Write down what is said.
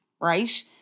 right